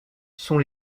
sont